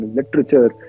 literature